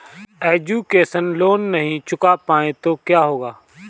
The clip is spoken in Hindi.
एजुकेशन लोंन नहीं चुका पाए तो क्या होगा?